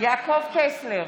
יעקב טסלר,